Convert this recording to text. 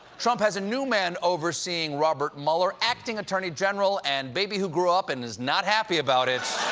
trump has a new man overseeing robert mueller acting attorney general and baby who grew up and is not happy about it,